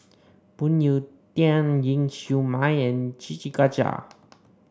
Phoon Yew Tien Ling Siew May and Siti Khalijah